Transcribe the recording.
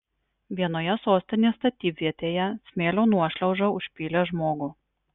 vienoje sostinės statybvietėje smėlio nuošliauža užpylė žmogų